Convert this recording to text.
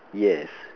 yes